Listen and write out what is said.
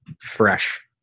fresh